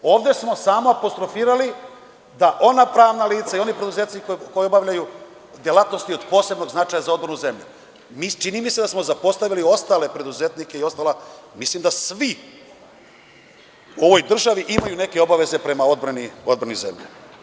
Ovde smo samo apostrofirali da ona pravna lica i oni preduzetnici koji obavljaju delatnosti od posebnog značaja za odbranu zemlje, a meni se čini da smo zapostavili ostale preduzetnike i mislim da svi u ovoj državi imaju neke obaveze prema odbrani zemlje.